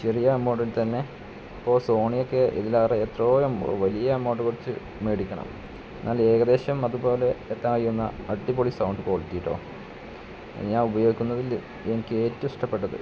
ചെറിയ മോഡിൽ തന്നെ ഇപ്പോള് സോണിയൊക്കെ ഇതിലേറെ എത്രയോ വലിയ അമൗണ്ട് കൊടുത്ത് മേടിക്കണം എന്നാലേകദേശം അതുപോലെ എത്താന് കഴിയുന്ന അടിപൊളി സൗണ്ട് ക്വാളിറ്റി കെട്ടോ ഞാനുപയോഗിക്കുന്നതില് എനിക്കേറ്റവും ഇഷ്ടപ്പെട്ടത്